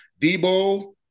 Debo